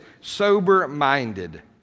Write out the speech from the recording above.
sober-minded